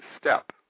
Step